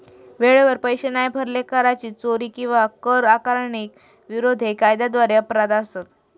वेळेवर पैशे नाय भरले, कराची चोरी किंवा कर आकारणीक विरोध हे कायद्याद्वारे अपराध असत